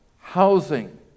housing